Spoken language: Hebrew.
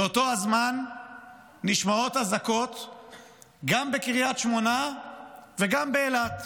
באותו הזמן נשמעות אזעקות גם בקריית שמונה וגם באילת.